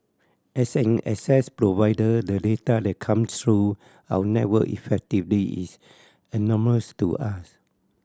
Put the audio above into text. as an access provider the data that comes through our network effectively is anonymous to us